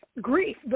grief